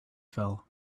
fell